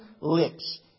lips